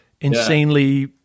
insanely